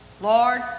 Lord